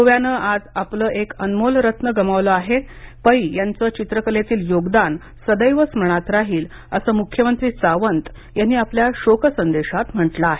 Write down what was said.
गोव्याने आज आपल एक अनमोल रत्न गमावलं आहे पै याचं चित्रकलेतील योगदान सदैव स्मरणात राहील असं मुख्यमंत्री सावंत यांनी आपल्या शोक संदेशात म्हटल आहे